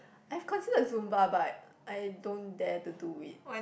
I have considered Zumba but I don't dare to do it